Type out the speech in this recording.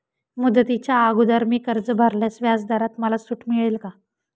मुदतीच्या अगोदर मी कर्ज भरल्यास व्याजदरात मला सूट मिळेल का?